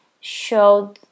showed